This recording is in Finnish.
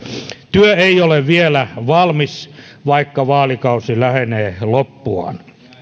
työ ei ole vielä valmis vaikka vaalikausi lähenee loppuaan